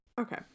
Okay